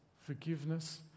Forgiveness